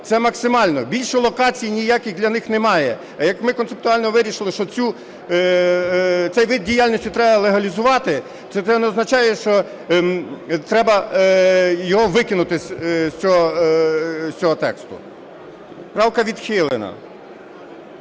це максимально. Більше локацій ніяких для них немає. А як ми концептуально вирішили, що цей вид діяльності треба легалізувати, то це не означає, що треба його викинути з цього тексту. Правка відхилена.